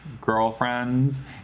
girlfriends